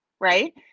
Right